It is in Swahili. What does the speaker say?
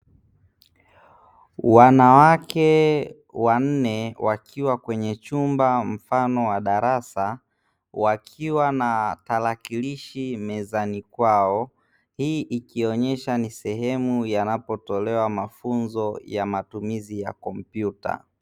Wanawake wanne wakiwa kwenye chumba mfano wa darasa wakiwa na tarakilishi mezani kwao, hii ikionyesha ni sehemu yanapotolewa mafunzo ya matumizi ya kompyuta.